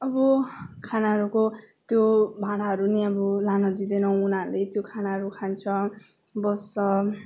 अब खानाहरूको त्यो भाँडाहरू नि अब लान दिदैँनौ उनीहरूले त्यो खानाहरू खान्छ बस्छ